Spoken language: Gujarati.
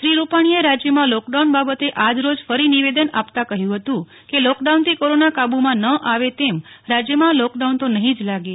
શ્રી રૂપાણીએ રાજયમાં લોકડાઉન બાબતે આજ રોજ ફરી નિવેદન આપતા કહ્યુ હતુ કે લોકડાઉનથી કોરોના કાબુ માં ન આવે તેમ રાજયમાં લોકડાઉન તો નફી જ લાગે